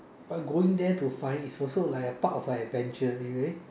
but going there to find is also like a part of like an adventure